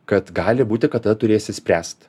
kad gali būti kad tada turėsi spręst